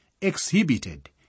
exhibited